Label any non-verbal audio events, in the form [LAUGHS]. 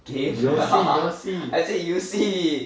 game lah [LAUGHS] I said 游戏